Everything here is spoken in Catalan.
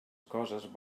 coses